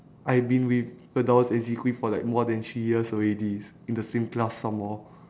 I've been with fedaus and zee-kwee for like more than three years already in the same class some more